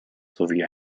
sowie